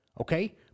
Okay